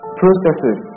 processes